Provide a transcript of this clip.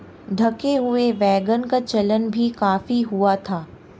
ढके हुए वैगन का चलन भी काफी हुआ था